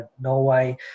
Norway